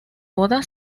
boda